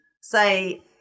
say